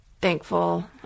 thankful